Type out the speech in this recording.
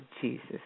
Jesus